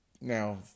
now